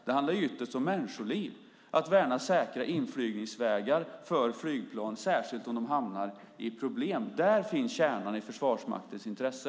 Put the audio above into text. Det handlar ytterst om människoliv och att värna säkra inflygningsvägar för flygplan, särskilt om de hamnar i problem. Där finns kärnan i Försvarsmaktens intresse.